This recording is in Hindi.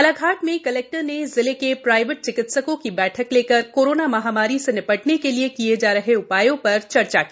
बालाघाट में कलेक्टर ने जिले के प्रायवेट चिकित्सकों की बैठक लेकर कोराना महामारी से निपटने के लिए किये जा रहे उपायों पर चर्चा की